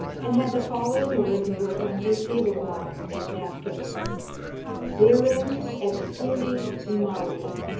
and had the following words worked on his table-cloths and napkins virum extuli mari.